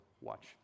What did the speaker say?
watch